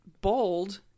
bold